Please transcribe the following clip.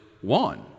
one